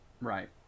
Right